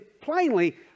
plainly